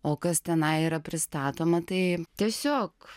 o kas tenai yra pristatoma tai tiesiog